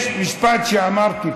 חברת הכנסת ברקו, יש משפט שאמרתי קודם: